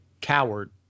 coward